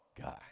guy